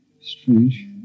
Strange